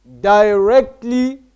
directly